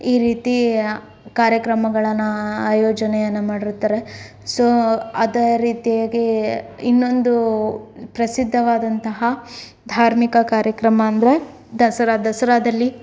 ಈ ರೀತಿ ಕಾರ್ಯಕ್ರಮಗಳನ್ನು ಆಯೋಜನೆಯನ್ನು ಮಾಡಿರ್ತಾರೆ ಸೊ ಅದೇ ರೀತಿಯಾಗಿ ಇನ್ನೊಂದು ಪ್ರಸಿದ್ಧವಾದಂತಹ ಧಾರ್ಮಿಕ ಕಾರ್ಯಕ್ರಮ ಅಂದರೆ ದಸರಾ ದಸರಾದಲ್ಲಿ